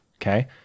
okay